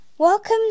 Welcome